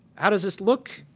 how does this look?